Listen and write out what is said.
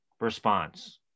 response